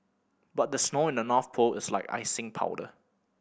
but the snow in the North Pole is like icing powder